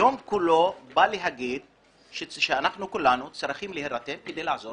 היום הזה בא לומר שאנחנו כולנו צריכים להירתם כדי לעזור